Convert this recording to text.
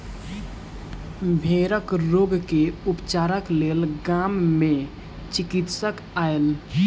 भेड़क रोग के उपचारक लेल गाम मे चिकित्सक आयल